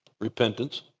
Repentance